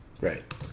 right